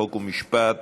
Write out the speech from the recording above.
חוק ומשפט